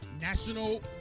national